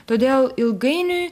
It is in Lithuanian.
todėl ilgainiui